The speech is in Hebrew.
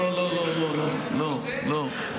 לא, לא.